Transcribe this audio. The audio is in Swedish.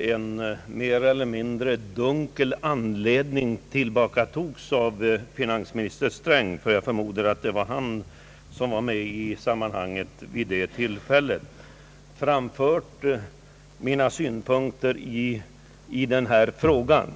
en mer eller mindre dunkel an Ang. hyreslagstiftningen ledning drogs tillbaka av finansminister Sträng — jag förmodar att det var han som var med i sammanhanget vid det tillfället — framfört mina synpunkter i den här frågan.